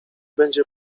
będzie